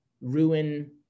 ruin